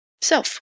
self